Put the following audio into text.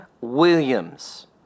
Williams